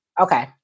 Okay